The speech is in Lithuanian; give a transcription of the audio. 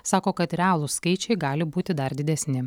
sako kad realūs skaičiai gali būti dar didesni